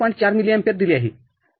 ४ मिलीएम्पियरदिली आहेठीक आहे